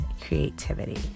creativity